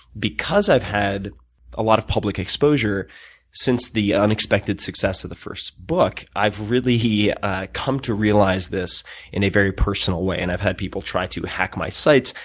because i've had a lot of public exposure since the unexpected success of the first book, i've really ah come to realize this in a very personal way. and i've had people try to hack my sites,